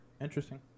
Interesting